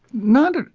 not